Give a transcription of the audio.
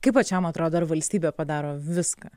kaip pačiam atrodo ar valstybė padaro viską